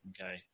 Okay